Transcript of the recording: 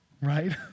right